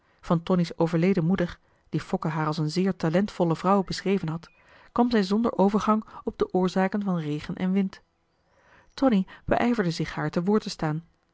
van tonie's overleden moeder die fokke haar als een zeer talentvolle vrouw beschreven had kwam zij zonder overgang op de oorzaken van regen en wind tonie beijverde zich haar te woord te staan